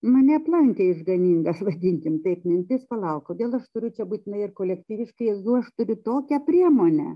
mane aplankė išganinga vadinkim taip mintis palauk kodėl aš turiu čia būtinai ir kolektyviškai jeigu aš turiu tokią priemonę